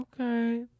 Okay